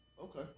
Okay